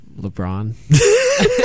LeBron